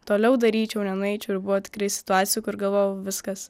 toliau daryčiau nenueičiau ir buvo tikrai situacijų kur galvojau viskas